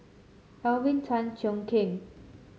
Alvin Tan Cheong Kheng